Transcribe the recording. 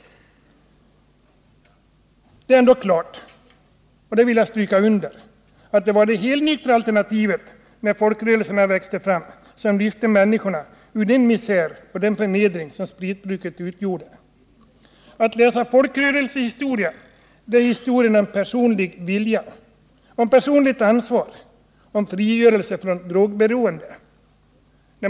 Det är ändå klart, det vill jag stryka under, att: det när folkrörelserna växte fram var det helnyktra alternativet som lyfte människorna ur den misär och förnedring som spritbruket medförde. Folkrörelsehistoria, det är historien om personlig vilja, personligt ansvar och frigörelse från drogberoende.